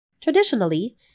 Traditionally